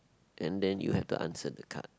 and then you have to answer the card